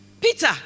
Peter